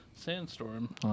Sandstorm